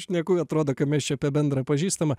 šneku atrodo kad mes čia apie bendrą pažįstamą